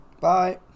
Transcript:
Bye